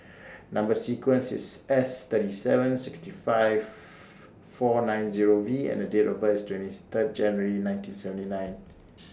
Number sequence IS S thirty seven sixty five four nine Zero V and Date of birth IS twenty three January nineteen seventy nine